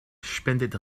spendet